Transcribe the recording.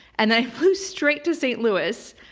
and then i flew straight to st lewis.